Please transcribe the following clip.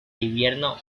invierno